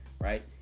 right